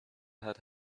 had